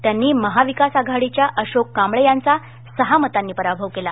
त्यांनी महाविकास आघाडीच्या अशोक कांबळे यांचा सहा मतांनी पराभव केला